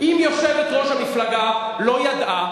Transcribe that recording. אם יושבת-ראש המפלגה לא ידעה,